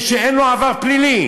אם אין לו עבר פלילי?